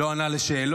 לא ענה על שאלות,